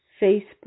Facebook